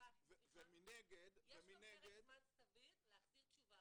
יש גם פרק זמן סביר להחזיר תשובה.